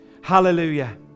Hallelujah